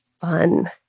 fun